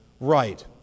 right